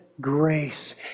grace